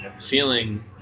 feeling